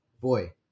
boy